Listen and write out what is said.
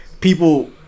people